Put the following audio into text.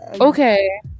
Okay